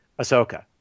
ahsoka